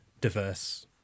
diverse